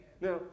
Now